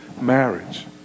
marriage